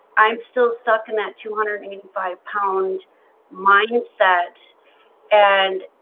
i'm still stuck in that two hundred and eighty five pound mindset and